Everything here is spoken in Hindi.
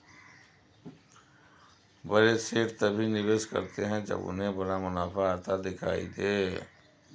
बड़े सेठ तभी निवेश करते हैं जब उन्हें बड़ा मुनाफा आता दिखाई दे